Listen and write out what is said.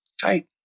tight